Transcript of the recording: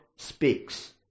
speaks